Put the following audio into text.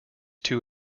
two